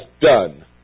done